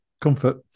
comfort